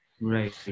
Right